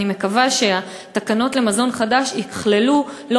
אני מקווה שהתקנות למזון חדש יכללו לא